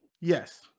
yes